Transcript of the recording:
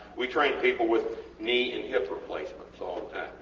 we train people with knee and hip replacements all